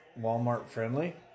Walmart-friendly